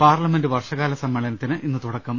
parliament വർഷകാല സമ്മേളനത്തിന് ഇന്ന് തുടക്കം